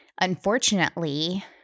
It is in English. unfortunately